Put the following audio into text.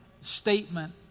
statement